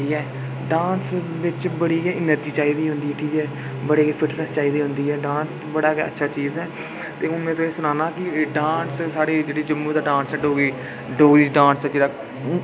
dance बिच बड़ी गै एनर्जी चाहिदी होंदी ऐ ठीक ऐ बड़ी गै फिटनेस चाही दी होंदी ऐ डांस दी बड़ा गै अच्छा चीज़ ऐ ते हून में तुसेंगी सनान्ना कि डांस जेह्ड़ा साढ़ा जम्मू दा डांस ऐ डोगरी डोगरी डांस केह्ड़ा